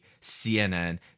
CNN